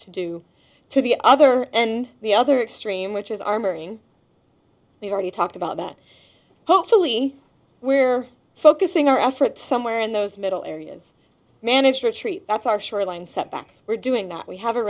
to do to the other and the other extreme which is armoring we've already talked about that hopefully we're focusing our efforts somewhere in those middle areas manager tree that's our shoreline setbacks we're doing that we have a